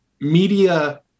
media